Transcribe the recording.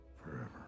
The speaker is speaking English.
forever